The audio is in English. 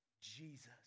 Jesus